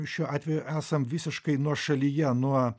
šiuo atveju esam visiškai nuošalyje nuo